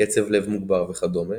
קצב לב מוגבר וכדומה